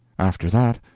after that,